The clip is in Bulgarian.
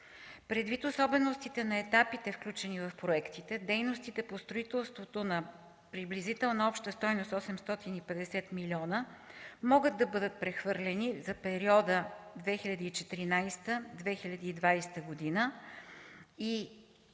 Предвид особеностите на етапите, включени в проектите, дейностите по строителството на приблизителна обща стойност 850 милиона могат да бъдат прехвърлени за периода 2014-2020 г. Като